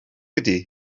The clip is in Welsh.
ydy